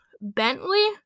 Bentley